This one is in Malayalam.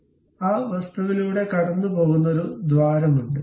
അതിനാൽ ആ വസ്തുവിലൂടെ കടന്നുപോകുന്ന ഒരു ദ്വാരമുണ്ട്